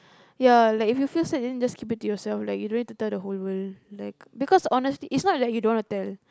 ya like if you feel sad then just keep it to yourself like you don't have to tell the whole world like because honestly it's not like you don't wanna tell